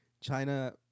China